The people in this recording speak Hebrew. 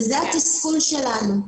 זה התסכול שלנו.